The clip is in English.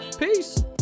Peace